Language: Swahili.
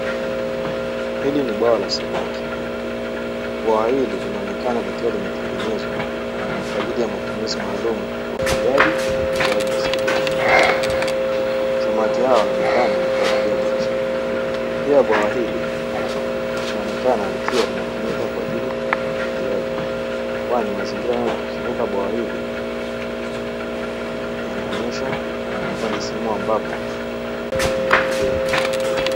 Hili ni bwawa la samaki; bwawa hili linaoneka likiwa limetwengenezwa kwa ajili ya matumizi maalumu ya ufugaji na ukuzaji wa samaki, samaki hawa wanaonekana ni kwa ajili ya biashara. Pia bwawa hili linaonekana likiwa linatumia pia kwa ajili ya umwagiliaji, kwani mazingira yanayozungukwa bwawa hili, yanaonyesha ni sehemu ambapo humwagiliwa.